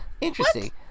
Interesting